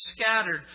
scattered